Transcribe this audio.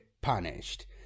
punished